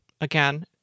again